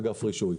אגף רישוי.